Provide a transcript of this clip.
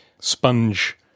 sponge